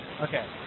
Okay